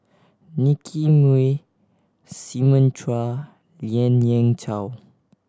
Nicky Moey Simon Chua Lien Ying Chow